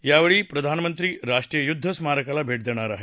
यावेळी प्रधानमंत्री राष्ट्रीय युद्ध स्मारकाला भेट देणार आहेत